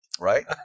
right